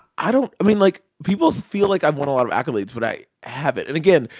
i don't i mean, like, people feel like i've won a lot of accolades, but i haven't. and again,